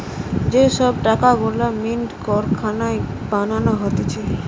যে সব টাকা গুলা মিন্ট কারখানায় বানানো হতিছে